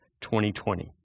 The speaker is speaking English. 2020